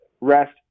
rest